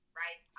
right